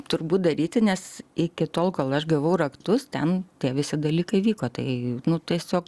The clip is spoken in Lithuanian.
turbūt daryti nes iki tol kol aš gavau raktus ten tie visi dalykai vyko tai tiesiog